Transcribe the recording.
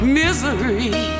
misery